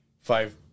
five